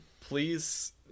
please